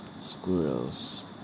squirrels